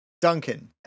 Duncan